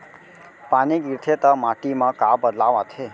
पानी गिरथे ता माटी मा का बदलाव आथे?